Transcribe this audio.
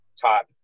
top